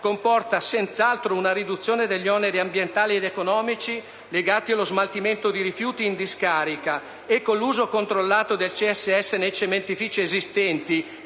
comporta senz'altro una riduzione degli oneri ambientali ed economici legati allo smaltimento di rifiuti in discarica e con l'uso controllato del CSS nei cementifici esistenti